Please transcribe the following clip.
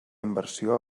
inversió